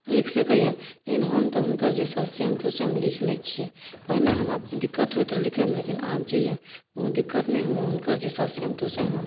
लिख सकैए लेकिन हम तऽ हुनकर जे लिखल छै सेम टू सेम लिख लै छी पहिने हमरा दिक्कत होइत रहै लिखैमे लेकिन आब जे अइ कोनो दिक्कत नहि होइए हुनकर जे लिखल सेम टु सेम हम